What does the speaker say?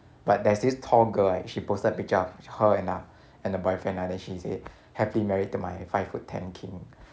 but there's this tall girl right she posted a picture of her and the and the boyfriend ah then she said happy married to my five foot ten king